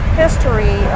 history